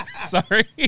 Sorry